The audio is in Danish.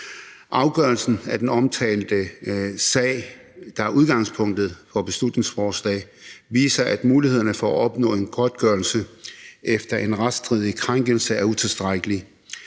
Afgørelsen af den omtalte sag, der er udgangspunktet for beslutningsforslaget, viser, at mulighederne for at opnå godtgørelse efter en retsstridig krænkelse er utilstrækkelige.